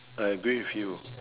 I agree with you